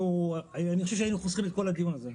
אני חושב שהיינו חוסכים את כל הדיון הזה.